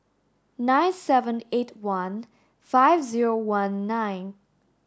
nine seven eight one five zero one nine